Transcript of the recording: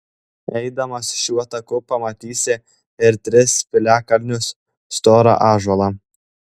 eidamas šiuo taku pamatysi ir tris piliakalnius storą ąžuolą